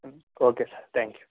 okay sir thank you